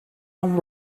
and